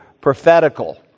prophetical